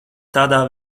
tādā